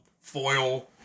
foil